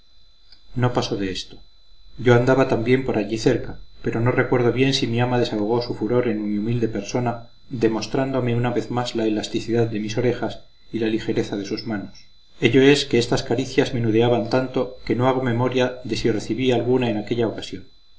no pasó de esto yo andaba también por allí cerca pero no recuerdo bien si mi ama desahogó su furor en mi humilde persona demostrándome una vez más la elasticidad de mis orejas y la ligereza de sus manos ello es que estas caricias menudeaban tanto que no hago memoria de si recibí alguna en aquella ocasión